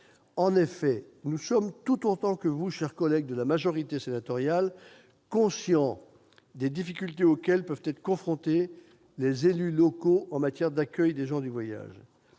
En effet, nous sommes tout autant que vous, chers collègues de la majorité sénatoriale, conscients des difficultés auxquelles peuvent être confrontés les élus locaux en matière d'accueil des gens du voyage.